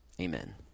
Amen